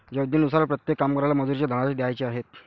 योजनेनुसार प्रत्येक कामगाराला मजुरीचे धनादेश द्यायचे आहेत